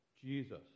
Jesus